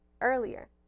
earlier